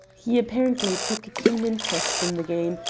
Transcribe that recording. he apparently took a keen interest in the game,